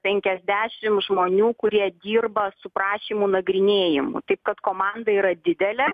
penkiasdešim žmonių kurie dirba su prašymų nagrinėjimu taip kad komanda yra didelė